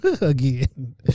again